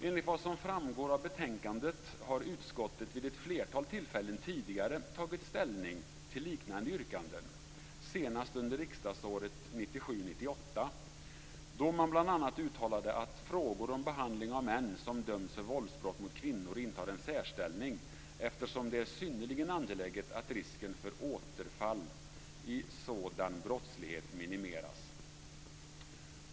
Enligt vad som framgår av betänkandet har utskottet vid ett flertal tillfällen tidigare tagit ställning till liknande yrkanden, senast under riksdagsåret 1997/98, då man bl.a. uttalade att frågor om behandling av män som dömts för våldsbrott mot kvinnor intar en särställning, eftersom det är synnerligen angeläget att risken för återfall i sådan brottslighet minimeras.